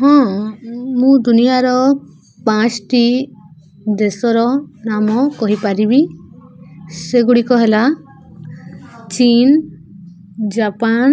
ହଁ ମୁଁ ଦୁନିଆର ପାଞ୍ଚଟି ଦେଶର ନାମ କହିପାରିବି ସେଗୁଡ଼ିକ ହେଲା ଚୀନ ଜାପାନ